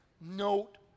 note